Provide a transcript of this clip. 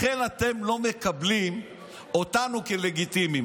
לכן אתם לא מקבלים אותנו כלגיטימיים.